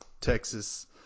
Texas